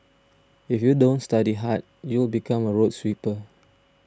if you don't study hard you become a road sweeper